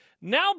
Now